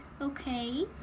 okay